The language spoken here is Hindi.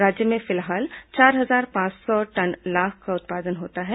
राज्य में फिलहाल चार हजार पांच सौ टन लाख का उत्पादन होता है